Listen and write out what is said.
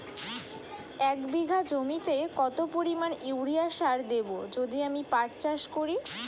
এক বিঘা জমিতে কত পরিমান ইউরিয়া সার দেব যদি আমি পাট চাষ করি?